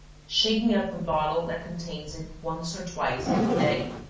shaking up the bottle that contains it once or twice every day.